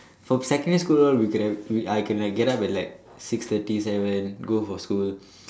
for secondary school all we could have we I can like get up at like six thirty seven go for school